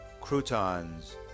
croutons